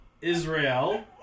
Israel